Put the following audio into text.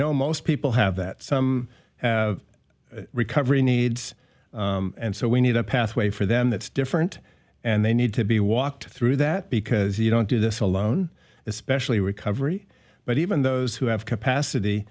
know most people have that some have recovery needs and so we need a pathway for them that's different and they need to be walked through that because you don't do this alone especially recovery but even those who have capacity